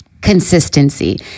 consistency